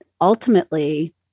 ultimately